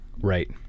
Right